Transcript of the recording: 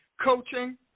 Coaching